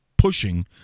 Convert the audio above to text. Pushing